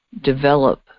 develop